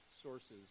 sources